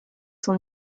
son